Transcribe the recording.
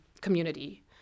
community